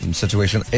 situation